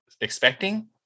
expecting